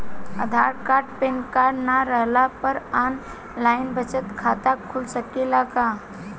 आधार card PAN card न रहला पर आन लाइन बचत खाता खुल सकेला का?